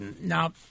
Now